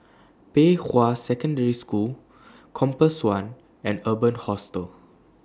Pei Hwa Secondary School Compass one and Urban Hostel